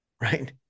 right